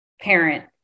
parent